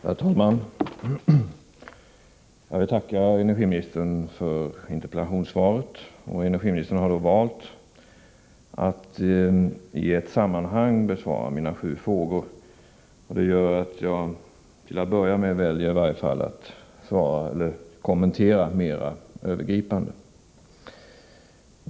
Herr talman! Jag tackar energiministern för interpellationssvaret. Energiministern har valt att i ett sammanhang besvara mina sju frågor. Det gör att jag i varje fall till att börja med väljer att kommentera svaret mera övergripande.